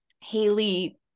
Haley